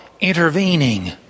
intervening